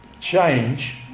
change